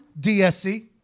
DSC